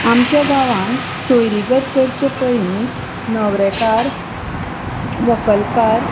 आमच्या गांवान सोयरीगत करचे पयलीं न्हवरेकार व्हंकलकार